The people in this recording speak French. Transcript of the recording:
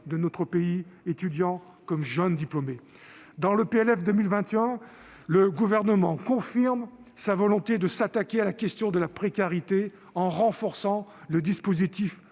de notre pays, étudiants comme jeunes diplômés. Dans le PLF pour 2021, le Gouvernement confirme sa volonté de s'attaquer à la question de la précarité, en renforçant le dispositif